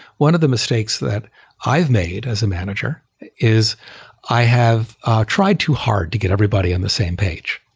one of the mistakes that i've made as a manager is i have tried too hard to get everybody on the same page.